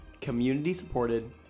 community-supported